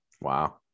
Wow